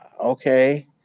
Okay